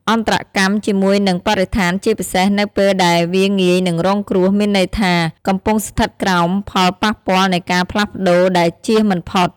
អន្តរកម្មជាមួយនឹងបរិស្ថានជាពិសេសនៅពេលដែលវាងាយនឹងរងគ្រោះ មានន័យថា កំពុងស្ថិតក្រោមផលប៉ះពាល់នៃការផ្លាស់ប្តូរដែលចៀសមិនផុត។